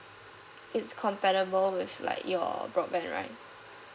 it's compatible with like your broadband right